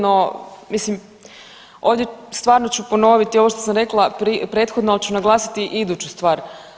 No, mislim ovdje stvarno ću ponoviti i ovo što sam rekla prethodno, ali ću naglasiti i iduću stvar.